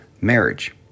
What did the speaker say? marriage